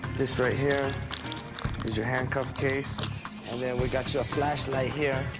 this right here is your handcuff case. and then we got you a flashlight here.